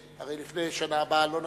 הרי לפני שנה הבאה לא נצליח.